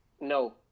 No